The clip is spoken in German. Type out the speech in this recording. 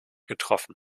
getroffen